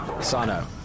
Sano